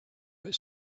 that